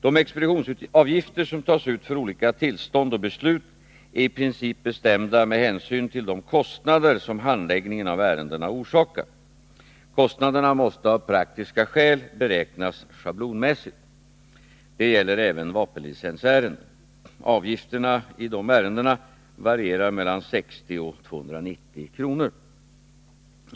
De expeditionsavgifter som tas ut för olika tillstånd och beslut är i princip bestämda med hänsyn till de kostnader som handläggningen av ärendena orsakar. Kostnaderna måste av praktiska skäl beräknas schablonmässigt. Detta gäller även vapenlicensärenden. Avgifterna i dessa ärenden varierar mellan 60 och 290 kr.